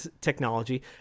technology